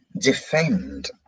defend